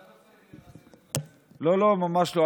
אתה לא צריך לנצל את כל, לא, לא, ממש לא.